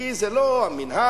כי זה לא המינהל,